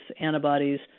antibodies